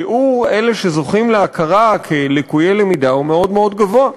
שיעור אלה שזוכים להכרה כלקויי למידה הוא מאוד מאוד גבוה.